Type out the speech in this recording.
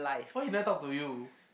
why he never talk to you